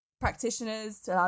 practitioners